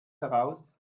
daraus